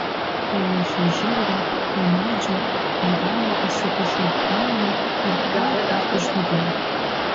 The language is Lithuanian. pririšau žirgą prie medžio po galva pasikišau balną ir tuoj pat užmigau